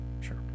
Sure